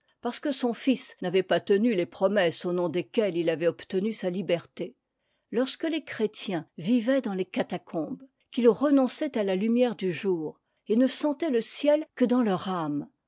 parce que son fils n'avait pas tenu les promesses au nom desquelles il avait obtenu sa liberté lorsque les chrétiens vivaient dans les catacombes qu'us renonçaient à la lumièredu jour et ne sentaient le ciel que dans leur âme